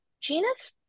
Gina's